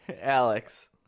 Alex